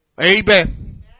Amen